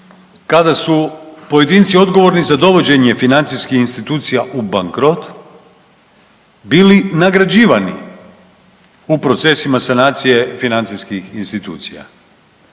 kada su pojedinci odgovorni za dovođenje financijskih institucija u bankrot bili nagrađivani u procesima sanacije financijskih institucija.